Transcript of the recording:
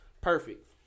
Perfect